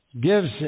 gives